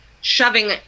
shoving